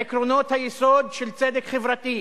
לעקרונות היסוד של צדק חברתי,